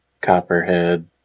Copperhead